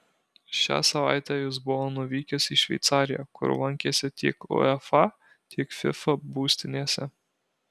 šią savaitę jis buvo nuvykęs į šveicariją kur lankėsi tiek uefa tiek fifa būstinėse